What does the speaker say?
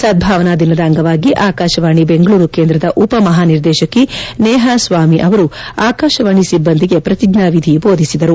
ಸದ್ಗಾವನಾ ದಿನದ ಅಂಗವಾಗಿ ಆಕಾಶವಾಣಿ ಬೆಂಗಳೂರು ಕೇಂದ್ರದ ಉಪ ಮಹಾನಿರ್ದೇಶಕಿ ನೇಹಾ ಸ್ವಾಮಿ ಅವರು ಆಕಾಶವಾಣಿ ಸಿಬ್ಲಂದಿಗೆ ಪ್ರತಿಜ್ವಾವಿಧಿ ಬೋಧಿಸಿದರು